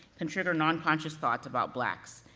can trigger non-conscious thoughts about blacks,